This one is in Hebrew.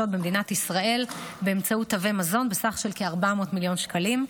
במדינת ישראל באמצעות תווי מזון בסך כ-400 מיליון שקלים.